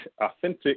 authentic